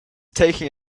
taking